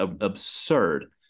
absurd